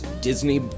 Disney